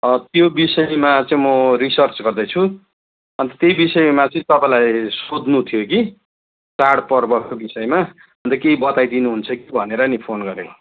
त्यो विषयमा चाहिँ म रिसर्च गर्दैछु अन्त त्यही विषयमा चाहिँ तपाईँलाई सोध्नु थियो कि चाड पर्वको विषयमा अन्त केही बताई दिनुहुन्छ कि भनेर नि फोन गरेको